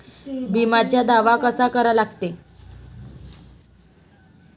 बिम्याचा दावा कसा करा लागते?